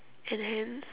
and hence